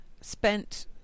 spent